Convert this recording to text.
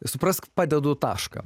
suprask padedu tašką